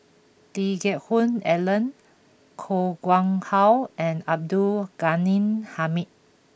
Lee Geck Hoon Ellen Koh Nguang How and Abdul Ghani Hamid